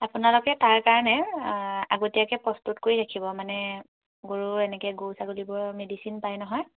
আপোনালোকে তাৰ কাৰণে আগতীয়াকৈ প্ৰস্তুত কৰি ৰাখিব মানে গৰুৰ এনেকৈ গৰু ছাগলীবোৰৰ মেডিচিন পায় নহয়